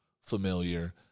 familiar